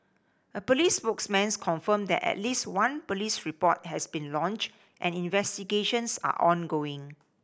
a police spokesman confirmed that at least one police report has been lodged and investigations are ongoing